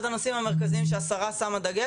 אחד הנושאים המרכזיים שהשרה שמה דגש